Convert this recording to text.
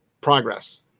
progress